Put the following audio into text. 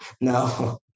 No